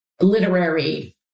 literary